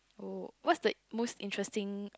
oh what's the most interesting